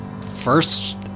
first